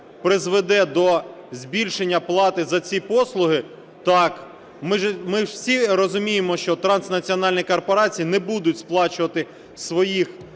призведе до збільшення плати за ці послуги, так. Ми ж всі розуміємо, що транснаціональні корпорації не будуть сплачувати зі своїх